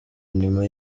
nyuma